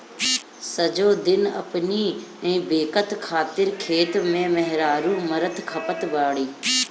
सजो दिन अपनी बेकत खातिर खेते में मेहरारू मरत खपत बाड़ी